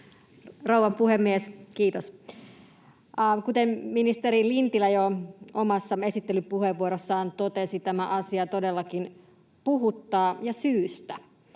Rouva puhemies, kiitos! Kuten ministeri Lintilä jo omassa esittelypuheenvuorossaan totesi, tämä asia todellakin puhuttaa ja syystä.